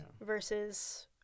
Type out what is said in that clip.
versus